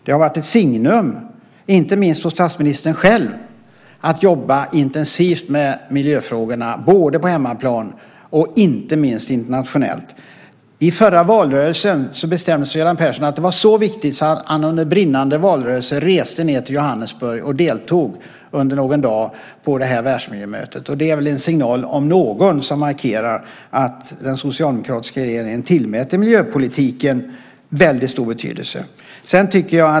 Det har varit ett signum inte minst för statsministern själv att jobba intensivt med miljöfrågorna både på hemmaplan och internationellt. Under den förra valrörelsen ansåg Göran Persson att det var så viktigt att han reste till Johannesburg och deltog någon dag på världsmiljömötet. Det är väl om något en signal som markerar att den socialdemokratiska regeringen tillmäter miljöpolitiken väldigt stor betydelse.